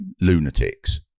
lunatic's